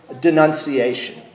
denunciation